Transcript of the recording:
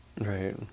Right